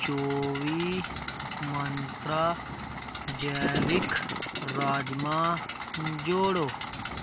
चौबी मंतरा जैविक राजमांह् जोड़ो